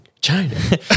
China